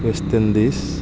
west Indies